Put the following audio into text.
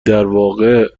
درواقع